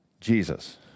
Jesus